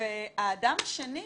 והאדם השני,